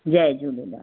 Jay Jhulelal